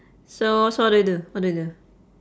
so so what do we do what do we do